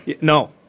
No